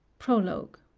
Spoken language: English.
prologue,